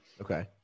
okay